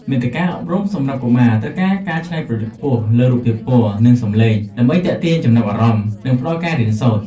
មាតិកាអប់រំសម្រាប់កុមារត្រូវការការច្នៃប្រឌិតខ្ពស់លើរូបភាពពណ៌ និងសំឡេង ដើម្បីទាក់ទាញចំណាប់អារម្មណ៍ និងផ្តល់ការរៀនសូត្រ។